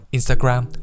Instagram